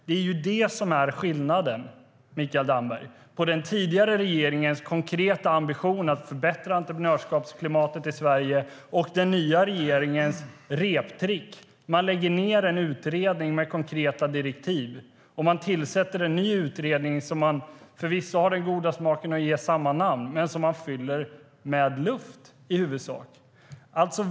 Det är skillnaden, Mikael Damberg, mellan den tidigare regeringens konkreta ambition att förbättra entreprenörskapsklimatet i Sverige och den nya regeringens reptrick. Man lägger ned en utredning med konkreta direktiv. Man tillsätter en ny utredning som man förvisso har den goda smaken att ge samma namn men som man fyller med i huvudsak luft.